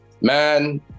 Man